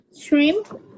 shrimp